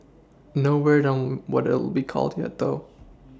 no word on what it'll be called yet though